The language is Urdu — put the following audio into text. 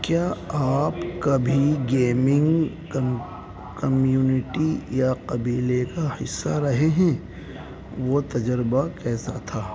کیا آپ کبھی گیمنگ کم کمیونٹی یا قبیلے کا حصہ رہے ہیں وہ تجربہ کیسا تھا